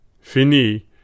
Fini